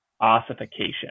ossification